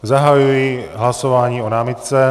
Zahajuji hlasování o námitce.